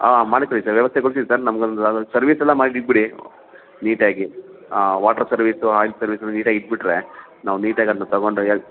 ಮಾಡಿ ಕೊಡಿ ಸರ್ ವ್ಯವಸ್ಥೆ ಕೊಡಿಸಿ ಸರ್ ನಮಗೊಂದು ಸರ್ವಿಸ್ ಎಲ್ಲ ಮಾಡಿ ಇಟ್ಟುಬಿಡಿ ನೀಟಾಗಿ ವಾಟರ್ ಸರ್ವಿಸು ಆಯಿಲ್ ಸರ್ವಿಸು ನೀಟಾಗಿ ಇದ್ದುಬಿಟ್ರೆ ನಾವು ನೀಟಾಗಿ ಅದನ್ನ ತೊಗೊಂಡೋಗಿ